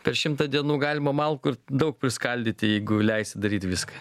per šimtą dienų galima malkų ir daug priskaldyti jeigu leisi daryt viską